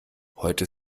heute